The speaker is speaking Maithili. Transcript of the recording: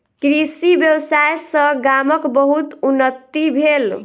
कृषि व्यवसाय सॅ गामक बहुत उन्नति भेल